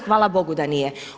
Hvala Bogu da nije.